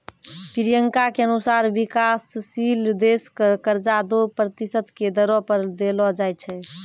प्रियंका के अनुसार विकाशशील देश क कर्जा दो प्रतिशत के दरो पर देलो जाय छै